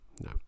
no